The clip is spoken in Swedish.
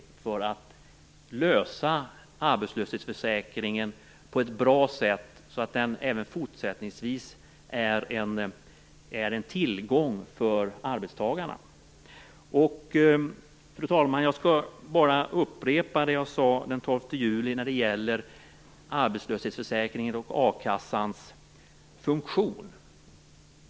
Därmed kan vi också hitta en bra lösning på arbetslöshetsförsäkringen, så att den även fortsättningsvis är en tillgång för arbetstagarna. Fru talman! Jag skall upprepa det jag sade den 12 juli när det gäller arbetslöshetsförsäkringens och akassans funktion.